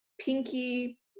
pinky